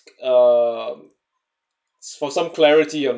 um for some clarity um